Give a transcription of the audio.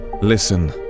listen